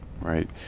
right